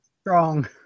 strong